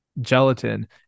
gelatin